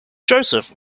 joseph